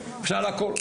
אפשר לעקוף,